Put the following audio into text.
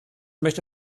möchte